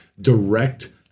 direct